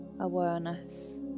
awareness